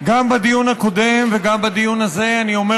גם בדיון הקודם וגם בדיון הזה אני אומר